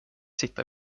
sitta